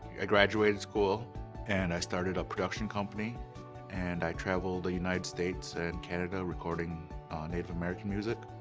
i graduated school and i started a production company and i travel the united states and canada recording native american music.